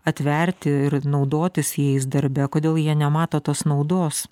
atverti ir naudotis jais darbe kodėl jie nemato tos naudos